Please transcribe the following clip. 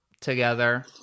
together